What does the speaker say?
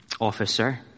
officer